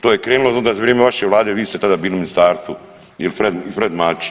To je krenulo onda za vrijeme vaše Vlade, vi ste tada bili u ministarstvu i Fred Matić.